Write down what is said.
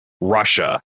Russia